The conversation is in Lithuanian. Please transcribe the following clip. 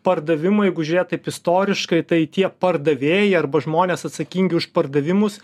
pardavimai jeigu žiūrėt taip istoriškai tai tie pardavėjai arba žmonės atsakingi už pardavimus